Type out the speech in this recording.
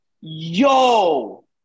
Yo